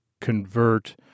convert